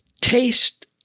taste